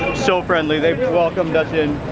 so friendly. they've welcomed us in.